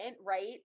Right